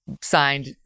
signed